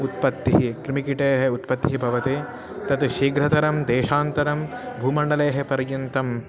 उत्पत्तिः कृमिकीटस्य उत्पत्तिः भवति तत् शीघ्रतरं देशान्तरं भूमण्डलेः पर्यन्तं